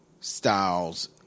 styles